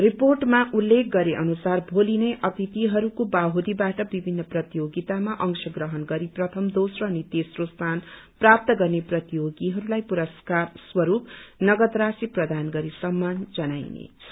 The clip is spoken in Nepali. रिपोेअमा उललेख गरे अनुसार भोली नै अतिथिहरूको बाहुलीबाट विभिन्न प्रतियोगितामा अंश ग्रहण गरिप्रथम दोम्रो अनि तेम्रो स्थान प्राप्त गर्ने प्रतियोगिहरूलाई नगद राशि प्रदान गरि सम्मान जनाईनेछ